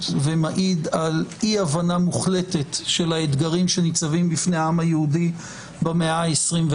ומעיד על אי הבנה מוחלטת של האתגרים שניצבים בפני העם היהודי במאה ה-21.